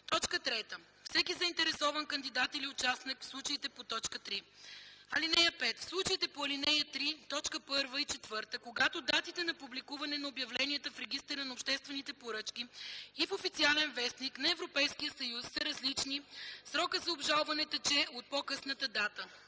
т. 2; 3. всеки заинтересован кандидат или участник – в случаите по т. 3. (5) В случаите по ал. 3, т. 1 и 4, когато датите на публикуване на обявленията в Регистъра на обществените поръчки и в „Официален вестник” на Европейския съюз са различни, срокът за обжалване тече от по-късната дата.